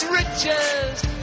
riches